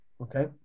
okay